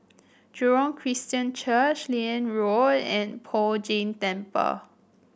Jurong Christian Church Liane Road and Poh Jay Temple